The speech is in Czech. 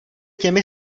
těmi